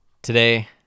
Today